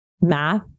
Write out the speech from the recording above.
math